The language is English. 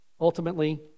Ultimately